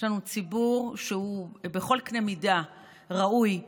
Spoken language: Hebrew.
יש לנו ציבור שהוא בכל אמת